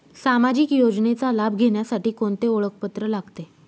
सामाजिक योजनेचा लाभ घेण्यासाठी कोणते ओळखपत्र लागते?